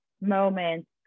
moments